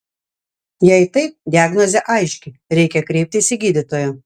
jei taip diagnozė aiški reikia kreiptis į gydytoją